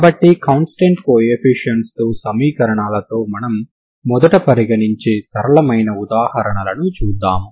కాబట్టి constant coefficients తో సమీకరణాలతో మనము మొదట పరిగణించే సరళమైన ఉదాహరణలను చూసాము